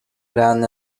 ran